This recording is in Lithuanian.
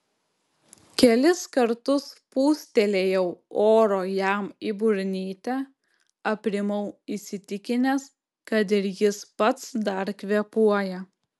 kelis kartus pūstelėjau oro jam į burnytę aprimau įsitikinęs kad ir jis pats dar kvėpuoja